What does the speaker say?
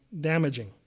damaging